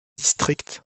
district